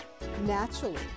naturally